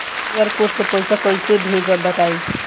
QR code से पईसा कईसे भेजब बताई?